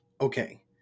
okay